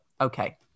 okay